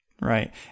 Right